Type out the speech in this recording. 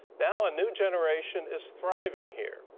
now a new generation is thriving here.